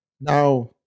Now